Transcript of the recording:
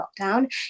lockdown